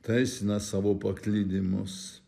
teisina savo paklydimus